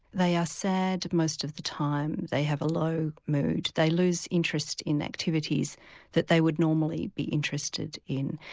they are sad most of the time, they have a low mood, they lose interest in activities that they would normally be interested in.